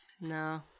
No